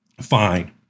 fine